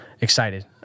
excited